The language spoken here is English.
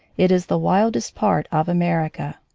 it is the wildest part of america.